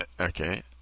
Okay